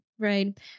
right